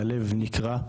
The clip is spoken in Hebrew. והלב נקרע.